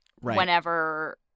whenever